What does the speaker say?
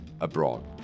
abroad